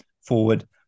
forward